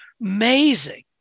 amazing